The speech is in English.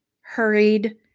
hurried